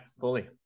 fully